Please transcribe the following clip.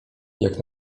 jak